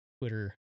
Twitter